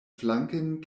flanken